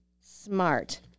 smart